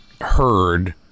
heard